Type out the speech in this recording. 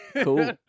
Cool